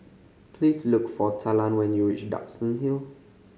please look for Talan when you reach Duxton Hill